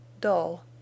dull